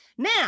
Now